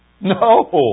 No